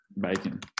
bacon